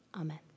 amen